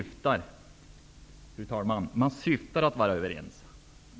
Fru talman!